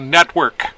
Network